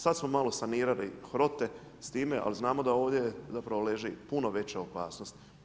Sad smo malo saniralo HROTE s time, ali znamo da ovdje zapravo leži puno veća opasnost.